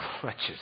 clutches